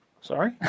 sorry